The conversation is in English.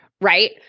right